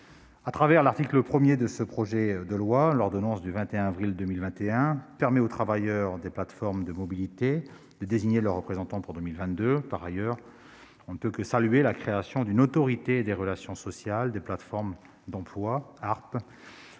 que l'article 1 du projet de loi vise à ratifier, permet aux travailleurs indépendants des plateformes de mobilité de désigner leurs représentants pour 2022. Par ailleurs, on ne peut que saluer la création d'une Autorité des relations sociales des plateformes d'emploi (ARPE)